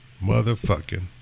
motherfucking